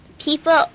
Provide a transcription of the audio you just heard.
people